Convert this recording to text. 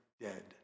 dead